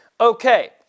Okay